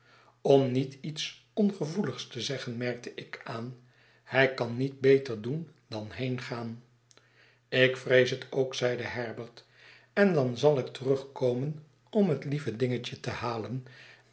om niet iets ongevoeligs te zeggen merkte ik aan hij kan niet beter doen dan heengaan ik vreeshetook zeide herbert en dan zal ik terugkomen om het lieve dingetje te halen